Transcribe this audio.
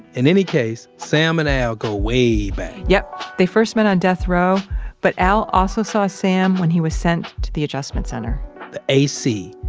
in any case, sam and al, go way back yep. they first met on death row, but al also saw sam when he was sent to the adjustment center earlonne the ac.